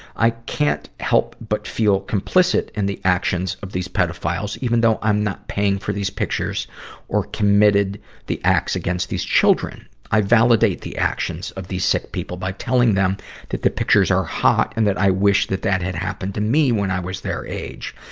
i can't help but feel complicit in the actions of these pedophiles, even though i'm not paying for these pictures or committed the acts against these children. i validate the actions of these sick people by telling them that the pictures are hot and that i wish that that had happened to me when i was their age.